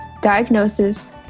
diagnosis